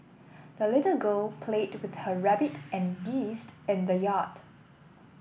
the little girl played with her rabbit and geese in the yard